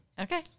Okay